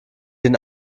den